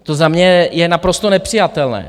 To za mě je naprosto nepřijatelné.